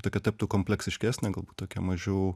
tokia taptų kompleksiškesnė galbūt tokia mažiau